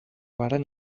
varen